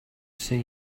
see